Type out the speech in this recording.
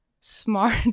smart